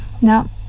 Now